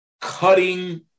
cutting